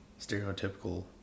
stereotypical